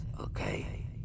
okay